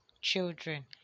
children